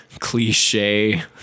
Cliche